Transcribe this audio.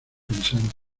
pensando